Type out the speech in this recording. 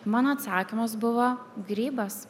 mano atsakymas buvo grybas